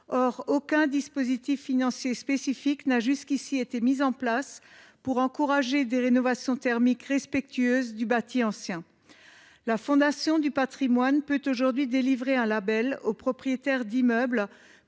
Or aucun dispositif financier spécifique n’a jusqu’ici été mis en place pour encourager des rénovations thermiques respectueuses du bâti ancien. La Fondation du patrimoine peut aujourd’hui délivrer un label aux propriétaires d’immeubles